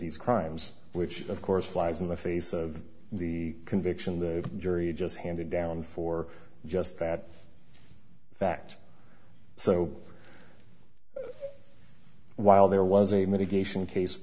these crimes which of course flies in the face of the conviction the jury just handed down for just that fact so while there was a mitigation case